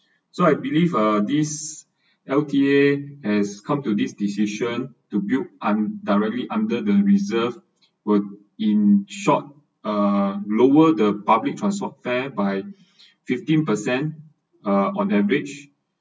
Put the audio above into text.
so I believe uh this L_T_A has come to this decision to build un~ directly under the reserved will in short uh lower the public transport fare by fifteen percent uh on average